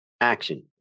action